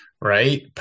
right